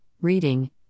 reading